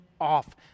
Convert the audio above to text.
off